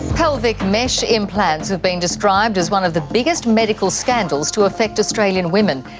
pelvic mesh implants have been described as one of the biggest medical scandals to affect australian women.